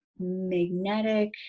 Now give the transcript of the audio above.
magnetic